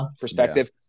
perspective